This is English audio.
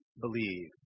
believe